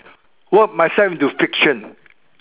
work myself into friction